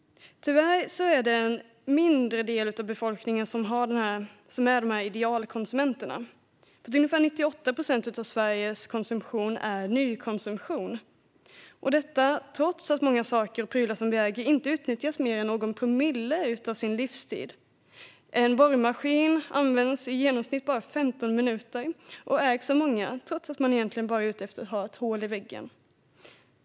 Tyvärr är det en mindre del av befolkningen som är sådana idealkonsumenter. Ungefär 98 procent av Sveriges konsumtion är nykonsumtion. Detta trots att många saker och prylar som vi äger inte nyttjas mer än någon promille av sin livstid. En borrmaskin används i genomsnitt bara 15 minuter men ägs av många som egentligen bara var ute efter ett hål i väggen.